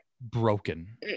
broken